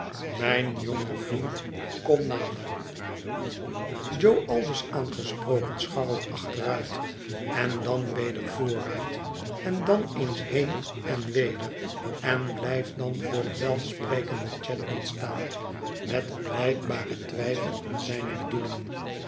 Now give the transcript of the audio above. mijn jonge vriend kom nader jo aldus aangesproken scharrelt achteruit en dan weder vooruit en dan eens heen en weder en blijft dan voor den welsprekenden chadband staan met blijkbaren twijfel aan zijne bedoelingen